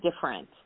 different